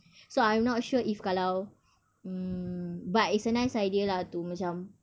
so I'm not sure if kalau mm but it's a nice idea lah to macam